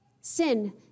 Sin